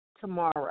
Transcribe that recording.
tomorrow